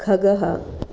खगः